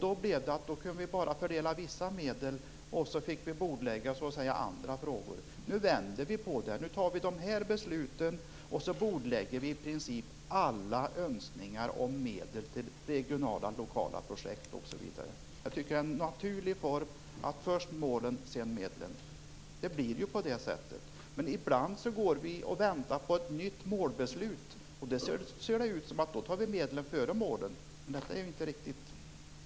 Då blev det så att vi bara kunde fördela vissa medel, och så fick vi bordlägga andra frågor. Nu vänder vi på det. Nu fattar vi de här besluten, och så bordlägger vi i princip alla önskningar om medel till regionala och lokala projekt. Jag tycker att det är en naturlig form att först besluta om målen och sedan medlen. Det blir ju på det sättet. Men ibland väntar vi på ett nytt målbeslut, och då ser det ut som om vi beslutar om medlen före målen. Men det är ju inte riktigt.